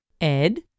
Ed